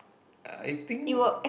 I think